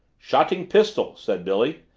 shotting pistol, said billy,